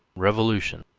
revolution,